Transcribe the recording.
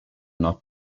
not